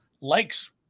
likes